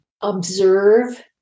Observe